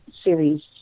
series